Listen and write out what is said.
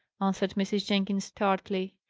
answered mrs. jenkins, tartly.